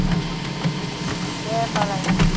उम दे होनबालाय